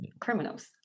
criminals